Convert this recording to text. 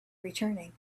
returning